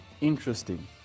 interesting